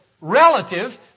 relative